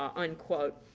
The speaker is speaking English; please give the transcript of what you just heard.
um unquote.